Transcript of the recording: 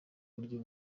buryo